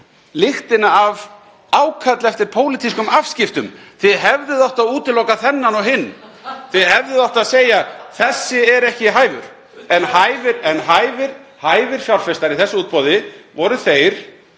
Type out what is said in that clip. lyktina af ákalli eftir pólitískum afskiptum. Þið hefðuð átt að útiloka þennan og hinn. Þið hefðuð átt að segja: Þessi er ekki hæfur. En hæfir fjárfestar í þessu útboði voru þeir